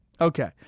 Okay